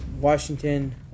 Washington